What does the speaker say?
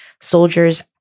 soldiers